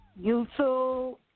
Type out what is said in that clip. YouTube